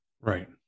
Right